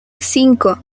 cinco